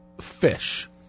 fish